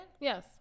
Yes